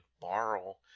borrow